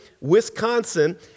Wisconsin